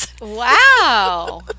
Wow